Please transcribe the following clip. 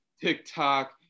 TikTok